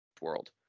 world